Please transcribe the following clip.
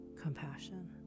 compassion